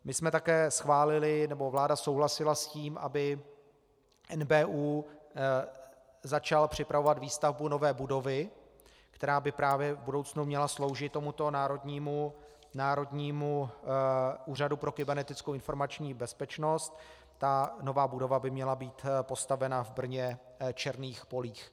My jsme také schválili, nebo vláda souhlasila s tím, aby NBÚ začal připravovat výstavbu nové budovy, která by právě v budoucnu měla sloužit tomuto Národnímu úřadu pro kybernetickou informační bezpečnost, ta nová budova by měla být postavena v Brně Černých polích.